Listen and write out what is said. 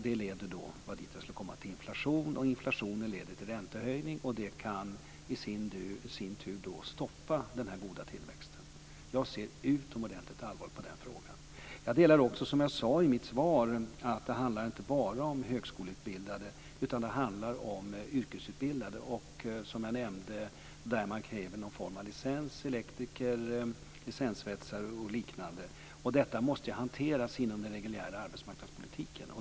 Det leder då till inflation, och inflationen leder till räntehöjning. Den kan i sin tur stoppa den goda tillväxten. Jag ser utomordentligt allvarligt på den frågan. Jag delar också uppfattningen, som jag sade i mitt svar, att det inte bara handlar om högskoleutbildade. Det handlar om yrkesutbildade och som jag nämnde yrken där man kräver någon form av licens, som elektriker, svetsare och liknande. Det här måste hanteras inom den reguljära arbetsmarknadspolitiken.